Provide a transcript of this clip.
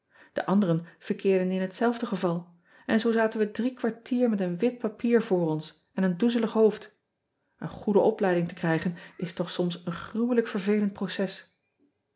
e anderen verkeerden in hetzelfde geval en zoo zaten we drie kwartier met een wit papier voor ons en een doezelig hoofd en goede opleiding te krijgen is toch soms een gruwelijk vervelend proces